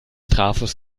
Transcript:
trafos